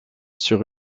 sur